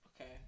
okay